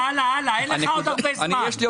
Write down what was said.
עשו